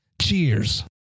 Cheers